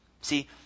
See